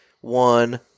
one